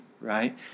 right